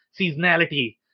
seasonality